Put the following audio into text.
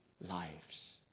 lives